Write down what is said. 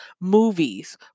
movies